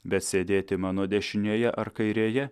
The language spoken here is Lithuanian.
bet sėdėti mano dešinėje ar kairėje